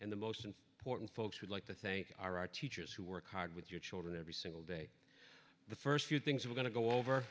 and the most important folks would like to thank our teachers who work hard with your children every single day the first few things we're going to go over